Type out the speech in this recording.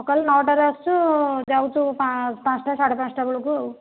ସକାଳ ନଅଟାରୁ ଆସୁଛୁ ଯାଉଛୁ ପାଞ୍ଚଟା ସାଢ଼େ ପାଞ୍ଚଟା ବେଳକୁ ଆଉ